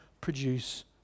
produce